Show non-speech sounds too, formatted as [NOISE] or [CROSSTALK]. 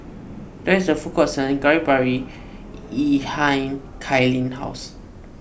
there is a food court selling Kari Babi [UNINTELLIGIBLE] Kailyn's house